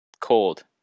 Cold